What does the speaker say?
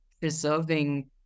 preserving